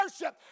worship